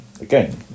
Again